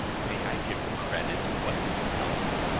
may i give credit to what you tell me?